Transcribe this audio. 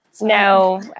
No